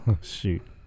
Shoot